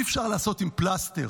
אי-אפשר לעשות עם פלסטר.